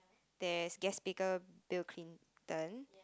there's guest speaker Bill-Clinton